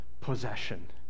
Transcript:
possession